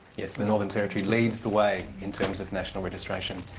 yes, the northern territory leads the way in terms of national registration.